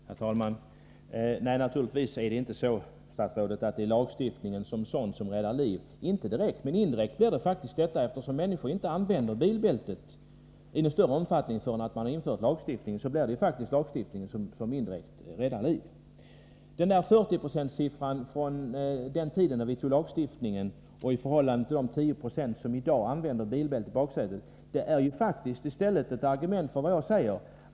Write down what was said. Herr talman! Nej, naturligtvis är det inte lagstiftningen som sådan som räddar liv. Men indirekt är det faktiskt så, eftersom folk inte använder bilbältet i någon större utsträckning förrän man infört en lagstiftning. På det sättet är det ju indirekt lagstiftningen som räddar liv. Att det var 40 76 som använde bilbältet i framsätet när vi för tio år sedan införde lagstiftningen och att det nu är 10 96 som använder bilbältet i baksätet är ju i stället ett argument för vad jag säger.